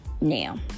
now